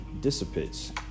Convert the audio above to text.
dissipates